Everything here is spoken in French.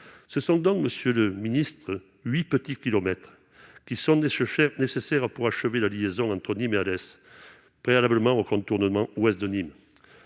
ce sont donc, monsieur le ministre, 8 petits qui sont des chefs nécessaires pour achever la liaison entre Nîmes RDS préalablement au contournement ouest de Nîmes